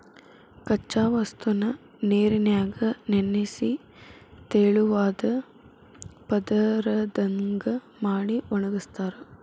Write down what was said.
ಕಚ್ಚಾ ವಸ್ತುನ ನೇರಿನ್ಯಾಗ ನೆನಿಸಿ ತೆಳುವಾದ ಪದರದಂಗ ಮಾಡಿ ಒಣಗಸ್ತಾರ